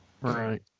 Right